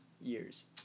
years